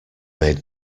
made